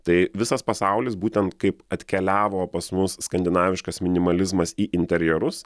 tai visas pasaulis būtent kaip atkeliavo pas mus skandinaviškas minimalizmas į interjerus